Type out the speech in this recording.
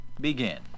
begin